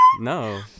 no